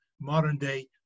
modern-day